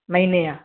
महिने जा